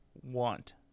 want